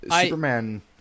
Superman